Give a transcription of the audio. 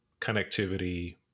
connectivity